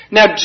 Now